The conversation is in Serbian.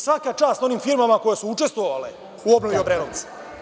Svaka čast onim firmama koje su učestvovale u obnovi Obrenovca.